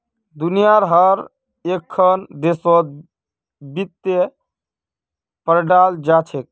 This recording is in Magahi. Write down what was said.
दुनियार हर एकखन देशत वित्त पढ़ाल जा छेक